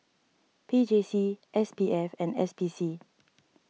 P J C S P F and S P C